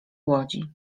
łodzi